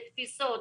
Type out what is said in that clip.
לתפיסות,